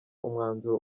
umwanzuro